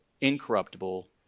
incorruptible